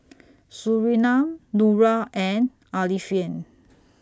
Surinam Nura and Alfian